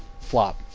flop